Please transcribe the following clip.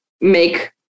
make